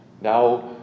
now